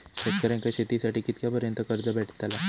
शेतकऱ्यांका शेतीसाठी कितक्या पर्यंत कर्ज भेटताला?